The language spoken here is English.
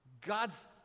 God's